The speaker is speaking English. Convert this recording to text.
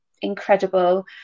incredible